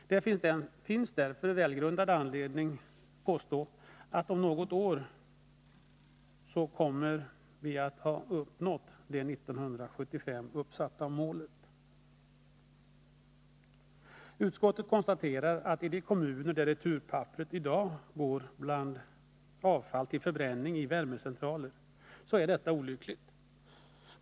Det finns därför välgrundad anledning att påstå att vi om något år kommer att ha uppnått det 1975 uppsatta målet. Utskottet konstaterar att det är olyckligt att returpapperet i dag i en del kommuner går bland annat avfall till förbränning i värmecentraler.